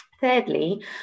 Thirdly